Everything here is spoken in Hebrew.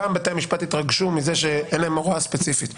פעם בתי המשפט התרגשו מזה שאין להם הוראה ספציפית.